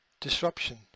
Disruption